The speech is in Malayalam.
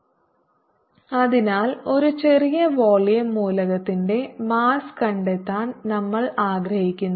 xyzρrθϕCx2|z| അതിനാൽ ഒരു ചെറിയ വോളിയം മൂലകത്തിന്റെ മാസ്സ് കണ്ടെത്താൻ നമ്മൾ ആഗ്രഹിക്കുന്നു